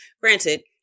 granted